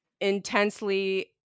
intensely